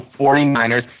49ers